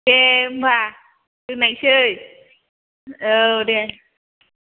दे होनबा दोन्नायसै औ दे